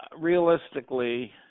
realistically